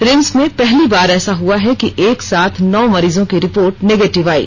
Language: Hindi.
रिम्स में पहली बार ऐसा हुआ है कि एक साथ नौ मरीजों की रिपोर्ट नेगेटिव आयी